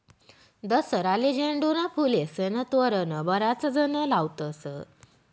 दसराले झेंडूना फुलेस्नं तोरण बराच जण लावतस